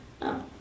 No